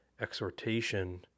exhortation